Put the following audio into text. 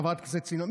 חברת הכנסת סילמן,